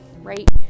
right